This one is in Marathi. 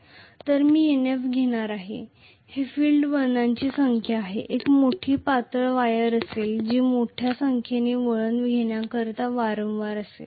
तर मी Nf घेणार आहे हे फील्ड वळणांची संख्या आहे एक मोठी पातळ वायर असेल जी मोठ्या संख्येने वळण घेण्याकरिता वारंवार असेल